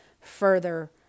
further